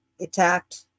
attacked